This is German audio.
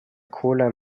cola